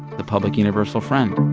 the public universal friend